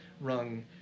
rung